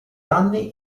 anni